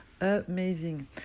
Amazing